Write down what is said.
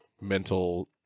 mental